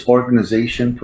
Organization